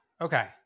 Okay